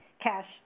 cash